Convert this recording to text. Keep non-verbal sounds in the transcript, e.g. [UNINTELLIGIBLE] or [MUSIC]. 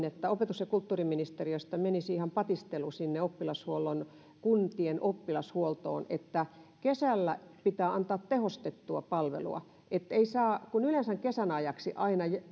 [UNINTELLIGIBLE] että opetus ja kulttuuriministeriöstä menisi ihan patistelu sinne kuntien oppilashuoltoon että kesällä pitää antaa tehostettua palvelua vaikka yleensähän kesän ajaksi aina